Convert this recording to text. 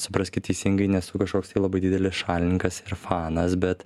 supraskit teisingai nesu kažkoks tai labai didelis šalininkas ir fanas bet